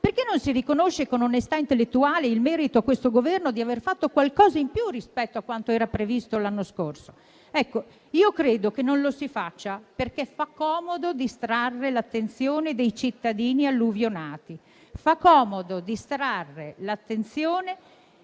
Perché non si riconosce con onestà intellettuale a questo Governo il merito di aver fatto qualcosa in più rispetto a quanto era previsto l'anno scorso? Io credo che non lo si faccia perché fa comodo distrarre l'attenzione dei cittadini alluvionati; fa comodo distrarre l'attenzione